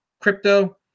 crypto